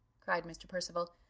cried mr. percival,